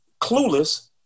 clueless